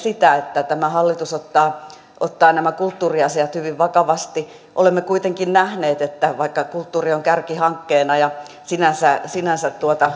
sitä että tämä hallitus ottaa ottaa nämä kulttuuriasiat hyvin vakavasti olemme kuitenkin nähneet että vaikka kulttuuri on kärkihankkeena ja sinänsä sinänsä